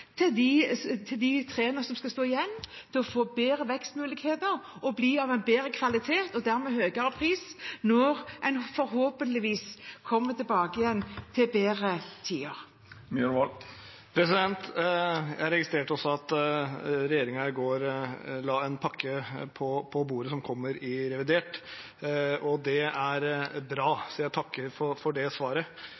til de trærne som skal stå igjen, for at de skal få bedre vekstmuligheter og bedre kvalitet og dermed høyere pris når en forhåpentligvis kommer tilbake til bedre tider. Jeg registrerte også at regjeringen i går la en pakke på bordet som kommer i revidert. Det er bra,